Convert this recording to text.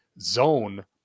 zone